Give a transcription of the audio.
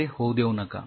असे होऊ देऊ नका